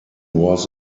was